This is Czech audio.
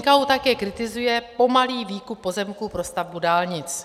NKÚ také kritizuje pomalý výkup pozemků pro stavbu dálnic.